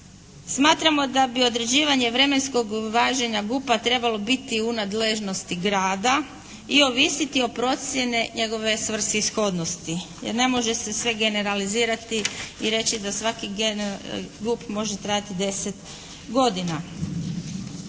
Smatramo da bi određivanje vremenskog važenja GUP-a trebalo biti u nadležnosti grada i ovisiti o procjeni njegove svrsishodnosti jer ne može se sve generalizirati i reći da svaki GUP može trajati deset godina.